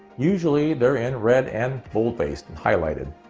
usually they're in red and bold-faced and highlighted.